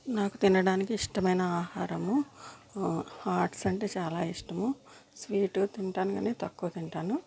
నాకు తినడానికి ఇష్టం అయిన ఆహారము హాట్స్ అంటే చాలా ఇష్టము స్వీటు తింటాను కానీ తక్కువ తింటాను